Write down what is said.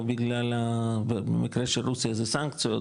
או במקרה של רוסיה זה סנקציות,